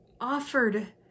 offered